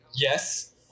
Yes